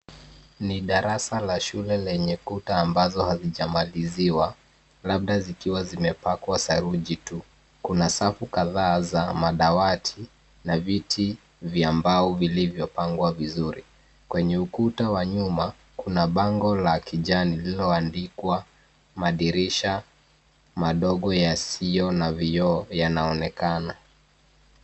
Ni darasa la shule lenye kuta ambazo hazijamaliziwa, labda zikiwa zimepakwa saruji tu. Kuna safu kadhaa za madawati na viti vya mbao vilivyopangwa vizuri. Kwenye ukuta wa nyuma, kuna bango la kijani lililoandikwa madirisha madogo yasiyo na vioo yanaonekana.